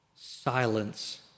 Silence